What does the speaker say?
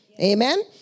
amen